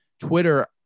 twitter